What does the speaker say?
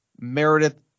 Meredith